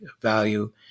value